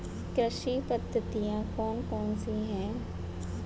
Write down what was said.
कृषि पद्धतियाँ कौन कौन सी हैं?